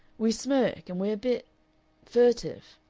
we smirk, and we're a bit furtive.